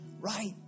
right